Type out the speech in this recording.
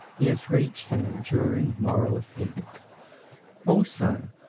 he has reached an enduring moral effect also,